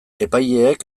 epaileek